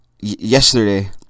yesterday